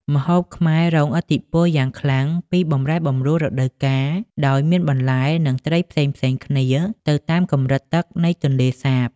ម្ហូបខ្មែររងឥទ្ធិពលយ៉ាងខ្លាំងពីបម្រែបម្រួលរដូវកាល ដោយមានបន្លែ និងត្រីផ្សេងៗគ្នាទៅតាមកម្រិតទឹកនៃទន្លេសាប។